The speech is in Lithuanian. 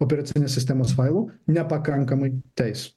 operacinės sistemos failų nepakankamai tais